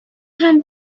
had